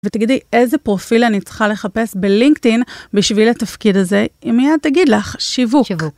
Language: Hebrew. ותגידי, איזה פרופיל אני צריכה לחפש בלינקדין בשביל התפקיד הזה? היא מיד תגיד לך, שיווק.